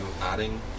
adding